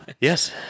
Yes